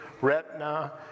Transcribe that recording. retina